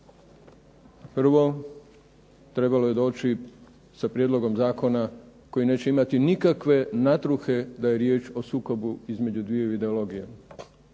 Prvo, trebalo je doći sa prijedlogom zakona koji neće imati nikakve natruhe da je riječ o sukobu između dviju ideologija.